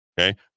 Okay